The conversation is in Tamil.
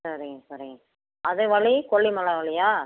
சரிங்க சரிங்க அது வழி கொல்லிமலை வழியா